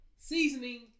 seasoning